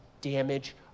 damage